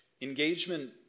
Engagement